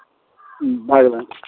ह्म्म भऽ गेलै